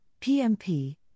PMP